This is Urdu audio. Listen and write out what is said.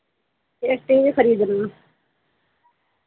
ایک ٹی وی خریدنا